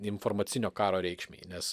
informacinio karo reikšmei nes